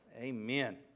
amen